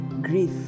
Grief